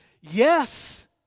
yes